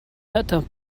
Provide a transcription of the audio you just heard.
n’atteint